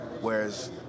whereas